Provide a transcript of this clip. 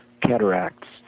cataracts